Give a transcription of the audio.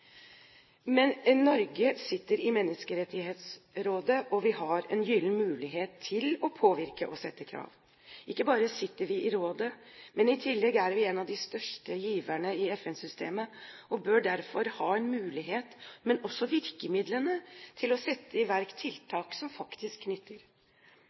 Norge sitter i Menneskerettighetsrådet, og vi har en gyllen mulighet til å påvirke og å sette krav. Ikke bare sitter vi i rådet, men vi er i tillegg en av de største giverne i FN-systemet og bør derfor ha en mulighet, men også virkemidlene, til å sette i verk